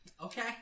Okay